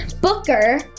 Booker